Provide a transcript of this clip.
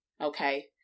Okay